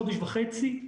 חודש וחצי,